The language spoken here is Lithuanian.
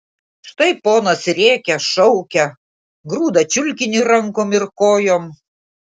štai ponas rėkia šaukia grūda čiulkinį rankom ir kojom